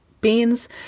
beans